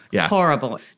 horrible